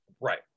Right